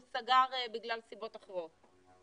הוא סגר בגלל סיבות אחרות.